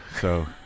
So-